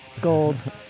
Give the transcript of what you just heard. Gold